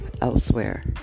elsewhere